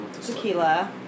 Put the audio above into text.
Tequila